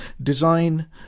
design